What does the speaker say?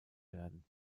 werden